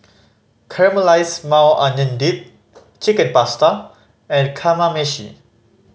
Caramelized Maui Onion Dip Chicken Pasta and Kamameshi